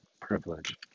privilege